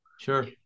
Sure